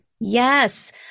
Yes